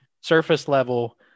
surface-level